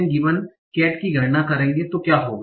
cat की गणना करेंगे तो क्या होगा